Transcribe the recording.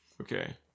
okay